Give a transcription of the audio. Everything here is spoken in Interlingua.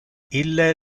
ille